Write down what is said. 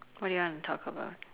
what do you wanna talk about